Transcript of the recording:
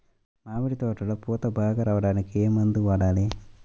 మామిడి తోటలో పూత బాగా రావడానికి ఏ మందు వాడాలి?